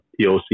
POC